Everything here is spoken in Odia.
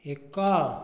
ଏକ